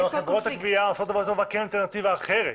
גם חברות הגבייה עושות את זה כי אין אלטרנטיבה אחרת,